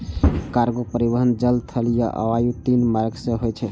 cargo परिवहन जल, थल आ वायु, तीनू मार्ग सं होय छै